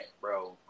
bro